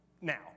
now